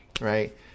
right